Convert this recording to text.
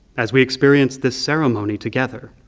as we experience this ceremony together,